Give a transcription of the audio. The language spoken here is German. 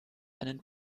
einen